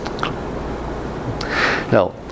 now